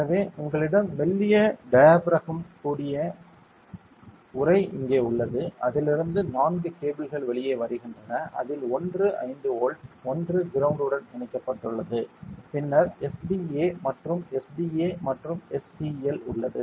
எனவே உங்களிடம் மெல்லிய டயாபிறகத்துடன் கூடிய உறை இங்கே உள்ளது அதிலிருந்து நான்கு கேபிள்கள் வெளியே வருகின்றன அதில் ஒன்று 5 வோல்ட் ஒன்று கிரவுண்ட் உடன் இணைக்கப்பட்டுள்ளது பின்னர் SDA மற்றும் SDA மற்றும் SCL உள்ளது